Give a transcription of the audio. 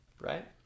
right